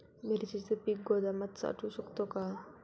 मिरचीचे पीक गोदामात साठवू शकतो का?